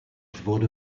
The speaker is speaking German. wurde